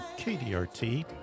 KDRT